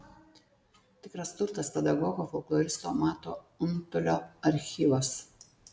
tikras turtas pedagogo folkloristo mato untulio archyvas